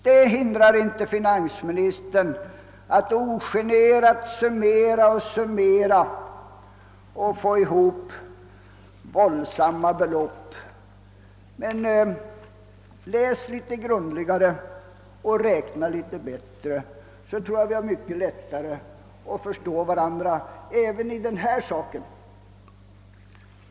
Det hindrar inte finansministern från att ogenerat summera och summera och få ihop våldsamma belopp. Men läs litet grundligare och räkna litet bättre, så tror jag att vi har mycket lättare att förstå varandra även i den här saken!